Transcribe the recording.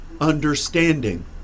understanding